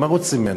מה רוצים ממנו?